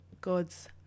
god's